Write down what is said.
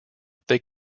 they